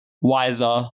wiser